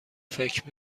فکر